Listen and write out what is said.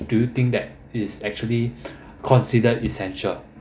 do you think that it's actually considered essential